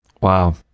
Wow